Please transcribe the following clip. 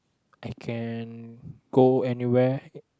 I can go anywhere